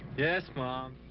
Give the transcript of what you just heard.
yes, mom.